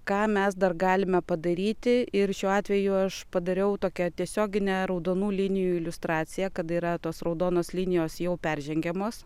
ką mes dar galime padaryti ir šiuo atveju aš padariau tokią tiesioginę raudonų linijų iliustraciją kad yra tos raudonos linijos jau peržengiamos